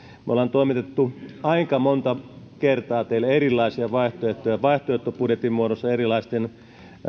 me olemme toimittaneet aika monta kertaa teille erilaisia vaihtoehtoja vaihtoehtobudjetin muodossa erilaisten